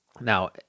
Now